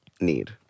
need